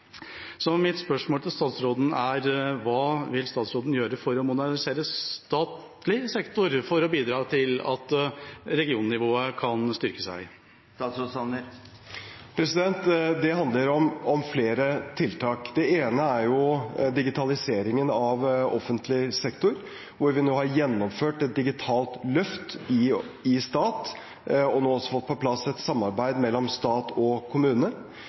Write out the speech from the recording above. Så mitt spørsmål til statsråden er: Hva vil statsråden gjøre for å modernisere statlig sektor, for å bidra til at regionnivået kan styrke seg? Det handler om flere tiltak. Det ene er digitaliseringen av offentlig sektor, hvor vi nå har gjennomført et digitalt løft i staten og også fått på plass et samarbeid mellom stat og kommune.